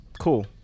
Cool